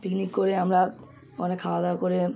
picnic করে আমরা অনেক খাওয়া দাওয়া করে